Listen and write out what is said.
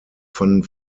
fanden